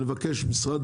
משרד